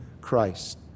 Christ